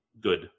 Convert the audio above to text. Good